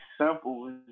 simple